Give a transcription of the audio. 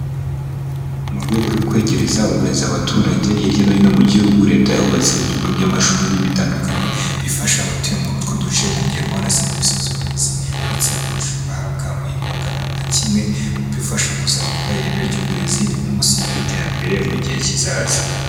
Mu rwego rwo kwegereza uburezi abaturage hirya no hino mu Gihugu Leta yahubatse ibyumba by'amashuri bitandukanye bifasha abatuye muri utwo duce kugerwaho na serivisi z'uburezi, ndetse abanyeshuri bahabwa amahirwe angana nka kimwe mu bifasha kuzamura ireme ry'uburezi n'umusingi w'iterambere mu gihe kizaza.